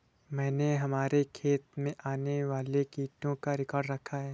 मैंने हमारे खेत में आने वाले कीटों का रिकॉर्ड रखा है